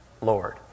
Lord